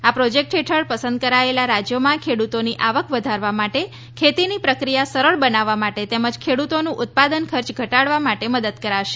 આ પ્રોજેક્ટ હેઠળ પસંદ કરાયેલા રાજ્યોમાં ખેડૂતોની આવક વધારવા માટે ખેતીની પ્રક્રિયા સરળ બનાવવા માટે તેમજ ખેડૂતોનું ઉત્પાદન ખર્ચ ઘટાડવા માટે મદદ કરાશે